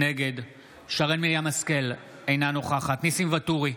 נגד שרן מרים השכל, אינה נוכחת ניסים ואטורי,